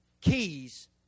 keys